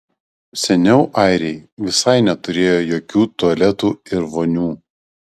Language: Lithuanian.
seniau airiai visai neturėjo jokių tualetų ir vonių